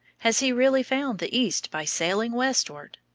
has he really found the east by sailing westward?